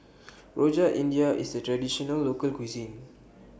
Rojak India IS A Traditional Local Cuisine